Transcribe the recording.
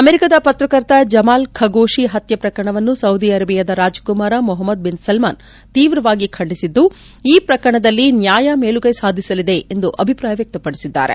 ಅಮೆರಿಕದ ಪತ್ರಕರ್ತ Jamal Khashoggi ಹತ್ಯೆ ಪ್ರಕರಣವನ್ನು ಸೌದಿ ಅರೆಬಿಯಾದ ರಾಜಕುಮಾರ ಮೊಹಮ್ಮದ್ ಬಿನ್ ಸಲ್ಮಾನ್ ತೀವ್ರವಾಗಿ ಖಂಡಿಸಿದ್ದು ಈ ಪ್ರಕರಣದಲ್ಲಿ ನ್ಯಾಯ ಮೇಲುಗೈ ಸಾಧಿಸಲಿದೆ ಎಂದು ಅಭಿಪ್ರಾಯ ವ್ಯಕ್ತಪಡಿಸಿದ್ದಾರೆ